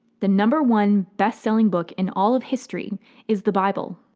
the number one bestselling book in all of history is the bible.